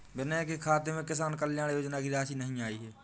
विनय के खाते में किसान कल्याण योजना की राशि नहीं आई है